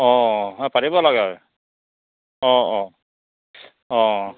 অ' হয় পাতিব লাগে অ' অ' অ'